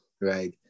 Right